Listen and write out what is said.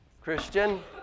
Christian